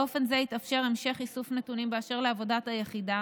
באופן זה יתאפשר המשך איסוף נתונים באשר לעבודת היחידה